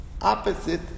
opposite